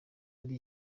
ari